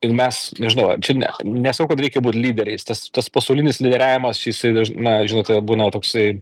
ir mes nežinau čia neh nesakau kad reikia būt lyderiais tas tas pasaulinis lyderiavimas jisai na žinote būna toksai